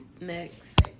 next